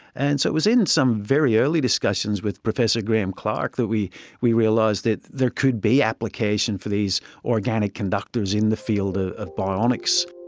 and so it was in some very early discussions with professor graeme clark that we we realised that there could be application for these organic conductors in the field ah of bionics